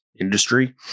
industry